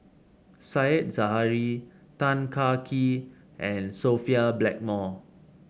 Said Zahari Tan Kah Kee and Sophia Blackmore